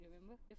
remember